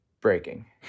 breaking